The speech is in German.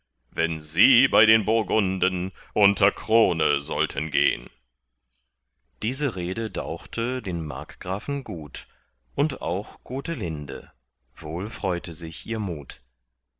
wenn sie bei den burgunden unter krone sollten gehn diese rede dauchte den markgrafen gut und auch gotelinde wohl freute sich ihr mut